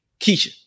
Keisha